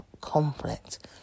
conflict